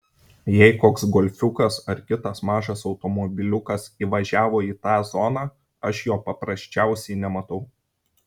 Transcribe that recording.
jei koks golfiukas ar kitas mažas automobiliukas įvažiavo į tą zoną aš jo paprasčiausiai nematau